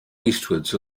eastwards